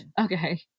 Okay